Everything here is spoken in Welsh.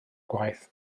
gwaith